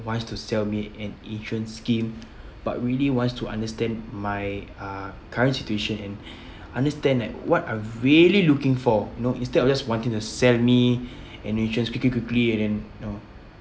wants to sell me an insurance scheme but really wants to understand my uh current situation and understand like what I really looking for you know instead of just wanting to sell me an insurance speaking quickly and then know